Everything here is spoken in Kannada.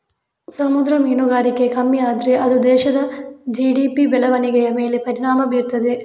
ಸಮುದ್ರ ಮೀನುಗಾರಿಕೆ ಕಮ್ಮಿ ಆದ್ರೆ ಅದು ದೇಶದ ಜಿ.ಡಿ.ಪಿ ಬೆಳವಣಿಗೆಯ ಮೇಲೆ ಪರಿಣಾಮ ಬೀರ್ತದೆ